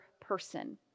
person